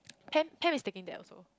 Pam Pam is taking that also